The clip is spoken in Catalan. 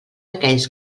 aquells